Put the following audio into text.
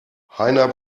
heiner